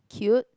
cute